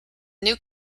new